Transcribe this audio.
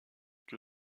que